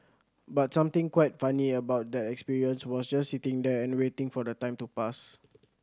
but something quite funny about that experience was just sitting there and waiting for the time to pass